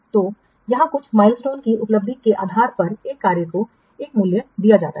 तो यहाँ कुछ माइलस्टोन की उपलब्धि के आधार पर एक कार्य को एक मूल्य दिया जाता है